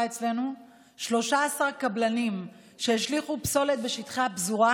אצלנו 13 קבלנים שהשליכו פסולת בשטחי הפזורה,